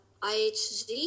IHG